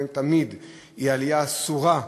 תמיד היא עלייה אסורה.